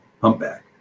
humpback